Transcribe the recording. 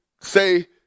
say